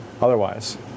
Otherwise